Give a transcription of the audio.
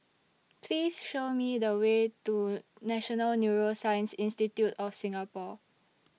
Please Show Me The Way to National Neuroscience Institute of Singapore